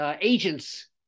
agents